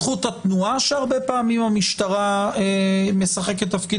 זכות התנועה שהרבה פעמים המשטרה משחקת תפקיד